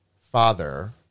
father